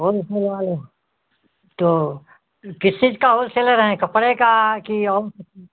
wholesale वाले तो किस चीज का होलसेलर हैं कपड़े का कि और किसी